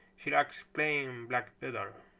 she likes plain black better.